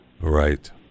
Right